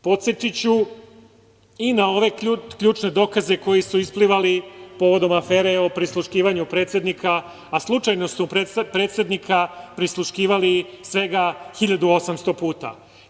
Podsetiću i na ove ključne dokaze koji su isplivali povodom afere o prisluškivanju predsednika, a slučajno su predsednika prisluškivali svega 1.800 puta.